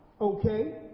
okay